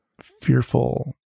fearful